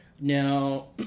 now